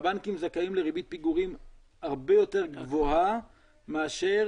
והבנקים זכאים לריבית פיגורים הרבה יותר גבוהה מאשר